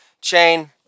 chain